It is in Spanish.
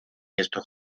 estos